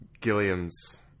Gilliam's